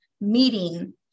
meeting